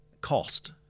cost